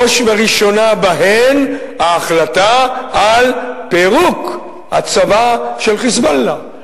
ראש וראשונה בהן ההחלטה על פירוק הצבא של "חיזבאללה".